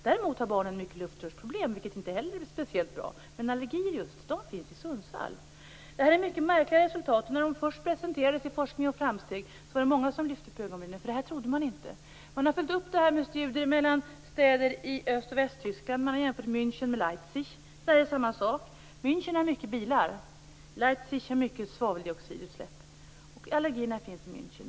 Däremot har barnen mycket luftvägsproblem, vilket inte heller är speciellt bra. Men just allergier finns i Sundsvall. Detta är mycket märkliga resultat. När de först presenterades i Forskning och framsteg var det många som lyfte på ögonbrynen. Det här trodde man inte. Man har följt upp detta med studier i städer i Öst och Västtyskland. Man har jämfört München med Leipzig. Där är samma sak. München har många bilar. I Leipzig släpps mycket svaveldioxid ut. Allergierna finns i München.